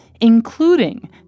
including